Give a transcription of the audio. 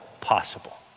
possible